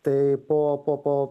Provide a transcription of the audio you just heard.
tai po po po